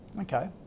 okay